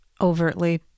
overtly